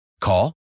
Call